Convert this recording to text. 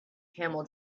camel